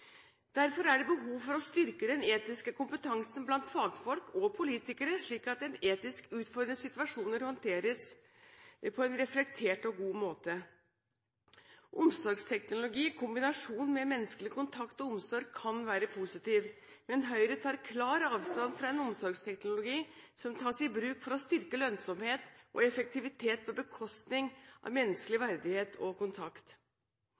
Derfor er det behov for å styrke den etiske kompetansen blant fagfolk og politikere slik at etisk utfordrende situasjoner håndteres på en reflektert og god måte. Omsorgsteknologi i kombinasjon med menneskelig kontakt og omsorg kan være positiv. Men Høyre tar klart avstand fra en omsorgsteknologi som tas i bruk for å styrke lønnsomhet og effektivitet på bekostning av menneskelig verdighet og kontakt.